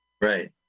right